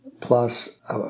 Plus